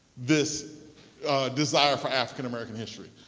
this desire for african american history.